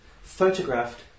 photographed